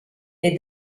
est